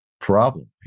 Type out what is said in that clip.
problem